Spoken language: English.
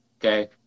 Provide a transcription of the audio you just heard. Okay